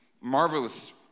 marvelous